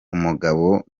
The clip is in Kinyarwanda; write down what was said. umugabo